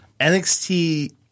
NXT